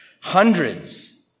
Hundreds